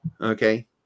Okay